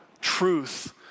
truth